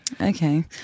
Okay